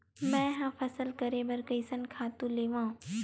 मैं ह फसल करे बर कइसन खातु लेवां?